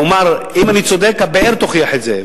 הוא אמר: אם אני צודק, הבאר תוכיח את זה.